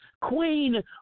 Queen